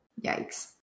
yikes